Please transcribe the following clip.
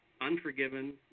Unforgiven